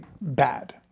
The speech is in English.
bad